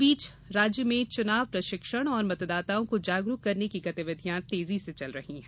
इस बीच राज्य में चुनाव प्रशिक्षण और मतदाताओं को जागरूक करने की गतिविधियां तेजी से चल रही है